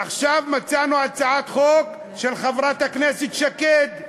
עכשיו מצאנו, הצעת חוק של חברת הכנסת שקד.